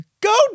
go